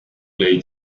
lay